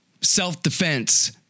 self-defense